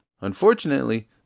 Unfortunately